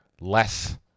Less